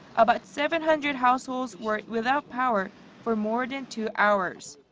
about seven hundred households were without power for more than two hours.